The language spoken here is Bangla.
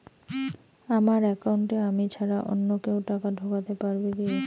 আমার একাউন্টে আমি ছাড়া অন্য কেউ টাকা ঢোকাতে পারবে কি?